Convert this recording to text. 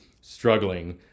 struggling